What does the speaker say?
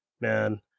Man